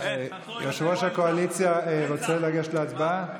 יושב-ראש הקואליציה רוצה לגשת להצבעה?